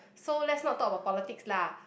so let's not talk about politics lah